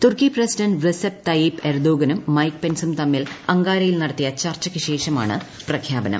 തുർക്കി president Recep Tayyip എർദോഗനും Mike പെൻസും തമ്മിൽ അങ്കാരയിൽ നടത്തിയ ചർച്ചയ്ക്കു ശേഷമാണ് പ്രഖ്യാപനം